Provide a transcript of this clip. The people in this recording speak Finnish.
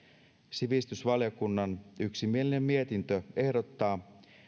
sivistysvaliokunnan yksimielinen mietintö ehdottaa